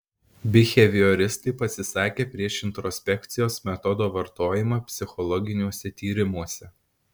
bihevioristai pasisakė prieš introspekcijos metodo vartojimą psichologiniuose tyrimuose